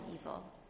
evil